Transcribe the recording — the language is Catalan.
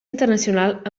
internacional